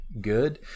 good